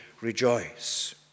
Rejoice